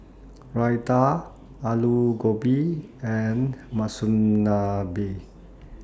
Raita Alu Gobi and Monsunabe